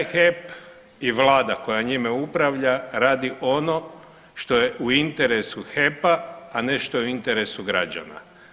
I taj HEP i Vlada koja njime upravlja radi ono što je u interesu HEP-a, a ne što je u interesu građana.